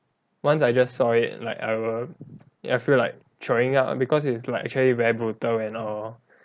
once I just saw it like I will I feel like throwing up because it's like actually very brutal and all